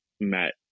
met